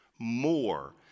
more